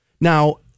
Now